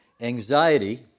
Anxiety